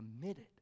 committed